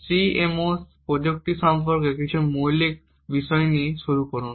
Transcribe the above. CMOS প্রযুক্তি সম্পর্কে কিছু মৌলিক বিষয় দিয়ে শুরু করুন